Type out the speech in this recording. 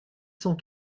cent